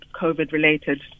COVID-related